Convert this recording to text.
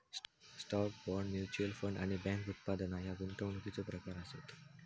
stock, bond, mutual fund आणि bank उत्पादना ह्या गुंतवणुकीचो प्रकार आसत